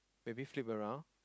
maybe flip around